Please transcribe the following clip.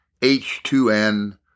H2N